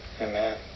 Amen